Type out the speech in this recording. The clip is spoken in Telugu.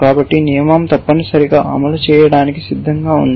కాబట్టి నియమం తప్పనిసరిగా అమలు చేయడానికి సిద్ధంగా ఉంది